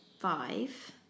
five